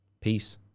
Peace